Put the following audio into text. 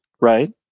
right